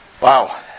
Wow